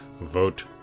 Vote